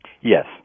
Yes